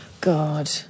God